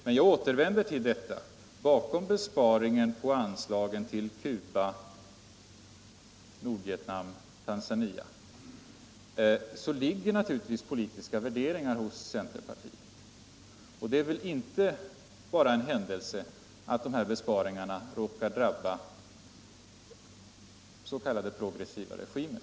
Men jag återvänder till att det bakom besparingen på anslagen till Cuba, Nordvietnam och Tanzania naturligtvis ligger politiska värderingar hos centerpartiet. Det är väl inte bara en händelse att de besparingarna råkar drabba s.k. progressiva regimer.